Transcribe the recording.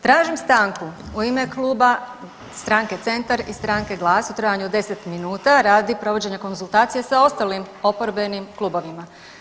Tražim stanku u ime Kluba stranke Centar i stranke GLAS u trajanju od 10 minuta radi provođenja konzultacija sa ostalim oporbenim klubovima.